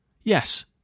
Yes